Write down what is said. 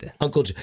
Uncle